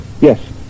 Yes